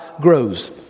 grows